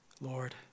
Lord